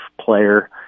player